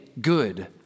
good